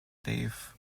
dave